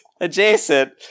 adjacent